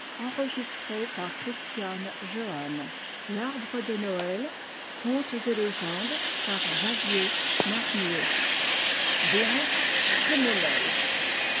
l'appela blanche comme neige